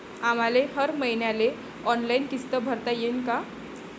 आम्हाले हर मईन्याले ऑनलाईन किस्त भरता येईन का?